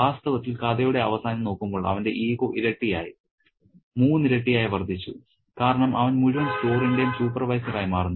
വാസ്തവത്തിൽ കഥയുടെ അവസാനം നോക്കുമ്പോൾ അവന്റെ ഈഗോ ഇരട്ടിയായി മൂന്നിരട്ടിയായി വർദ്ധിച്ചു കാരണം അവൻ മുഴുവൻ സ്റ്റോറിന്റെയും സൂപ്പർവൈസറായി മാറുന്നു